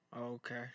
Okay